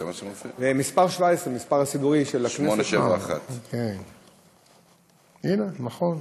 מס' 17, המספר הסידורי של, 871. הנה, נכון.